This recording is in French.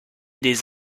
des